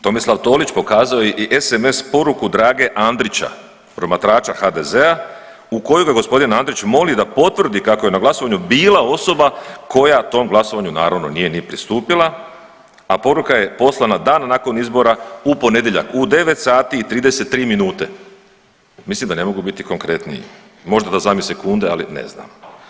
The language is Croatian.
Tomislav Tolić pokazao je i SMS poruku Drage Andrića promatrača HDZ-a u kojoj ga g. Andrić moli da potvrdi kako je na glasovanju bila osoba koja tom glasovanju naravno nije ni pristupila, a poruka je poslana dan nakon izbora u ponedjeljak u 9 sati i 33 minute, mislim da ne mogu biti konkretnije, možda da znam i sekunde, ali ne znam.